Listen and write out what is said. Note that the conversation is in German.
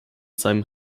seinem